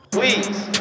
Please